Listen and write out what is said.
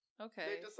Okay